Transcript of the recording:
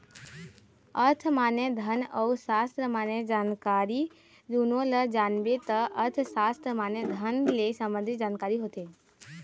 अर्थ माने धन अउ सास्त्र माने जानकारी दुनो ल जानबे त अर्थसास्त्र माने धन ले संबंधी जानकारी होथे